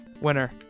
winner